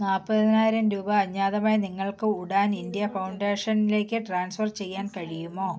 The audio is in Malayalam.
നാൽപ്പതിനായിരം രൂപ അജ്ഞാതമായി നിങ്ങൾക്ക് ഉഡാൻ ഇന്ത്യ ഫൗണ്ടേഷനിലേക്ക് ട്രാൻസ്ഫർ ചെയ്യാൻ കഴിയുമോ